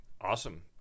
awesome